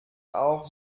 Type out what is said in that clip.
auch